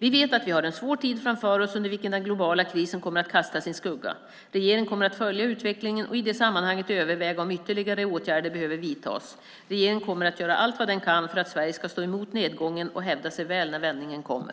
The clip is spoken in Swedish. Vi vet att vi har en svår tid framför oss under vilken den globala krisen kommer att kasta sin skugga. Regeringen kommer att följa utvecklingen och i det sammanhanget överväga om ytterligare åtgärder behöver vidtas. Regeringen kommer att göra allt den kan för att Sverige ska stå emot nedgången och hävda sig väl när vändningen kommer.